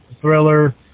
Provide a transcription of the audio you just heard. thriller